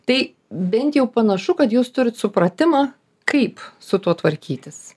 tai bent jau panašu kad jūs turit supratimą kaip su tuo tvarkytis